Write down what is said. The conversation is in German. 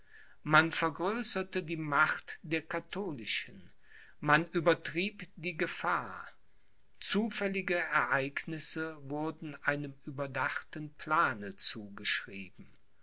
man vergrößerte die macht der katholischen man übertrieb die gefahr zufällige ereignisse wurden einem überdachten plane zugeschrieben